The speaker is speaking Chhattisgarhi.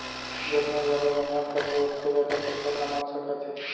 जतने जादा मेहनत करबे ओतके जादा पइसा कमा सकत हे